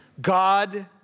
God